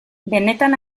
benetan